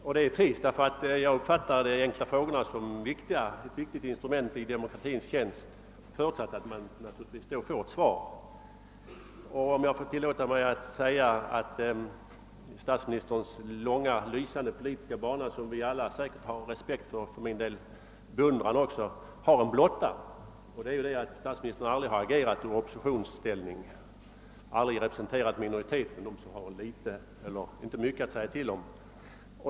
Det var litet trist, eftersom jag uppfattar systemet med enkla frågor som ett viktigt instrument i demokratins tjänst, förutsatt naturligtvis att man besvarar frågorna. Jag får kanske lov att säga i sammanhanget, att statsministerns långa och lysande politiska bana, som vi alla säkert hyser respekt för och som jag för min del även beundrar, har en blotta, nämligen den att statsministern aldrig har agerat i oppositionsställning. Han har aldrig representerat minoriteten, alltså de människor som inte har så mycket att säga till om.